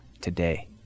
today